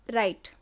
right